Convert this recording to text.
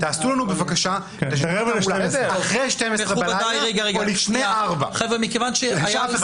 הם מבקשים שזה יהיה אחרי 12 בלילה או לפני 4. מכובדיי,